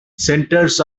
centers